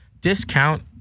discount